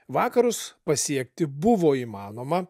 vakarus pasiekti buvo įmanoma